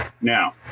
Now